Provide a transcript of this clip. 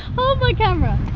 my camera